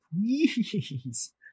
Please